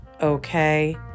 okay